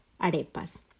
arepas